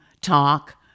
Talk